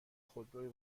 خودروی